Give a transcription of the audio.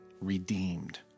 redeemed